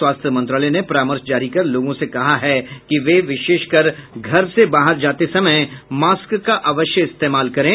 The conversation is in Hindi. स्वास्थ्य मंत्रालय ने परामर्श जारी कर लोगों से कहा है कि वे विशेषकर घर से बाहर जाते समय मॉस्क का अवश्य इस्तेमाल करें